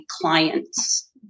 clients